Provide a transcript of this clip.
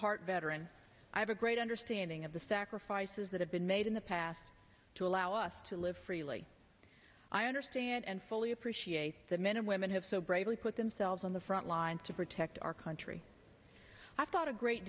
heart veteran i have a great understanding of the sacrifices that have been made in the past to allow us to live freely i understand and fully appreciate the men and women have so greatly put themselves on the front lines to protect our country i thought a great